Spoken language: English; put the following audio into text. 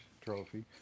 Trophy